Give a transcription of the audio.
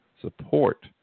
support